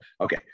okay